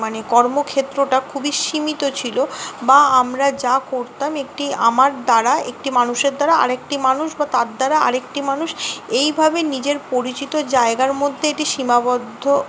মানে কর্মক্ষেত্রটা খুবই সীমিত ছিলো বা আমরা যা করতাম একটি আমার দ্বারা একটি মানুষের দ্বারা আরেকটি মানুষ বা তার দ্বারা আরেকটি মানুষ এইভাবে নিজের পরিচিত জায়গার মধ্যে এটি সীমাবদ্ধ